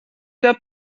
der